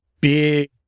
big